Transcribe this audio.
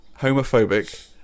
homophobic